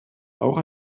auch